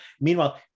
Meanwhile